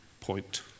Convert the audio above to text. point